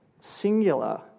singular